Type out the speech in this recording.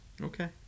Okay